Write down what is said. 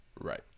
Right